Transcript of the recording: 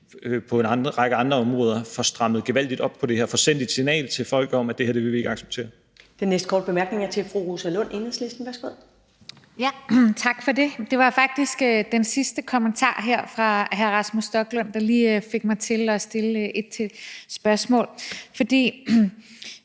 på en række andre områder får strammet gevaldigt op på det her og får sendt et signal til folk om, at det her vil vi ikke acceptere. Kl. 11:11 Første næstformand (Karen Ellemann): Den næste korte bemærkning er fra fru Rosa Lund, Enhedslisten. Værsgo. Kl. 11:11 Rosa Lund (EL): Tak for det. Det var faktisk den sidste kommentar her fra hr. Rasmus Stoklund, der lige fik mig til at stille et spørgsmål. For